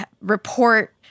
report